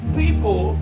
people